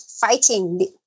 fighting